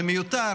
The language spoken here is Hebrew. זה מיותר.